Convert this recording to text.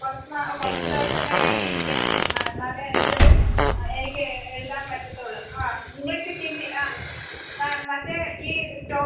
കുറച്ച് കുറച്ച് ദിവസം എൻ്റെ കയ്യിൽ ഇരിക്കണം എന്നാലേ എനിക്കത് ആ എനിക്ക് എഴുതാൻ പറ്റത്തുള്ളൂ ആ ഇംഗ്ലീഷ് ഹിന്ദി ആ ആ മറ്റ് ഈ